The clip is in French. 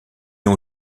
ont